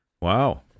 Wow